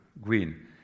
green